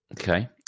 Okay